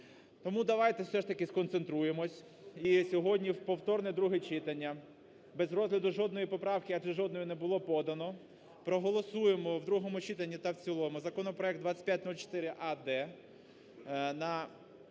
Тому давайте все ж таки сконцентруємось і сьогодні в повторне друге читання без розгляду жодної поправки, адже жодної не було подано, проголосуємо в другому читанні та в цілому законопроект 2504а-д